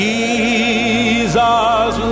Jesus